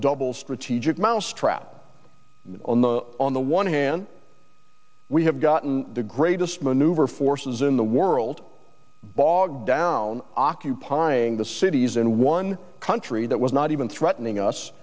double strategic mousetrap on the one hand we have gotten the greatest maneuver forces in the world bogged down occupying the cities in one country that was not even threatening us